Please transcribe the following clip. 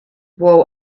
grow